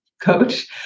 coach